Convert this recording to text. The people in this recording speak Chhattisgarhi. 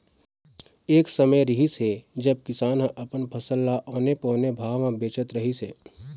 एक समे रिहिस हे जब किसान ह अपन फसल ल औने पौने भाव म बेचत रहिस हे